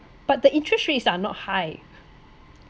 but the interest rates are not high